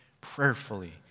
prayerfully